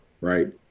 right